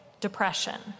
Depression